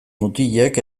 mutilek